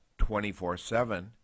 24/7